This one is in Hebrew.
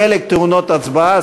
חלק טעונות הצבעה,